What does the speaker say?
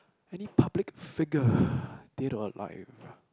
any public figure dead or alive